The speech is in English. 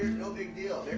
no big deal.